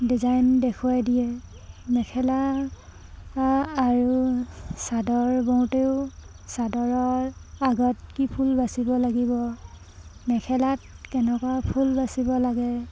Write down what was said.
design দেখুৱাই দিয়ে মেখেলা আৰু চাদৰ বওঁতেও চাদৰৰ আগত কি ফুল বাচিব লাগিব মেখেলাত কেনেকুৱা ফুল বাচিব লাগে